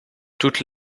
toute